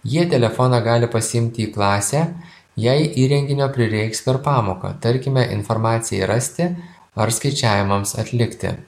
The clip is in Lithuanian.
jie telefoną gali pasiimti į klasę jei įrenginio prireiks per pamoką tarkime informacijai rasti ar skaičiavimams atlikti